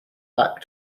back